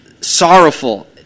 sorrowful